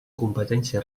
competència